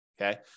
Okay